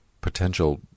potential